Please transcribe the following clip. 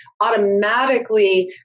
automatically